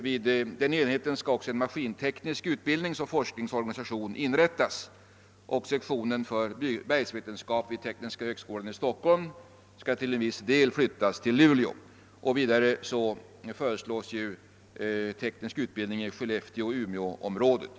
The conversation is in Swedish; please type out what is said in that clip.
Vid den enheten skall också en maskinteknisk forskningsoch utbildningsinstitution inrättas, och en sektion vid den bergsvetenskapliga linjen på Tekniska högskolan i Stockholm skall flyttas till Luleå. Vidare föreslås teknisk utbildning i Skellefteå—Umeåområdet.